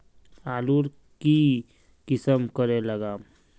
आलूर की किसम करे लागम?